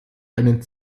einen